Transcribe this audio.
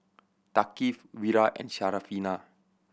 Thaqif Wira and Syarafina